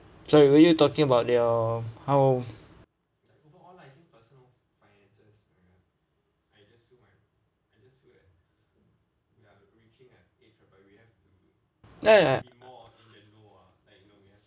so were you talking about your how ya ya